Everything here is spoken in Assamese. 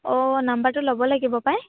অঁ নাম্বাৰটো ল'ব লাগিব পাই